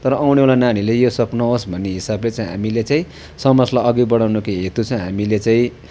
तर आउनेवाला नानीहरूले यो सब नहोस् भन्ने हिसाबले चाहिँ हामीले चाहिँ समाजलाई अघि बढाउनको हेतु चाहिँ हामीले चाहिँ